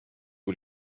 kui